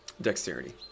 dexterity